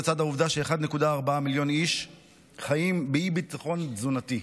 לצד העובדה ש-1.4 מיליון איש חיים באי-ביטחון תזונתי,